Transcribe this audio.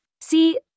See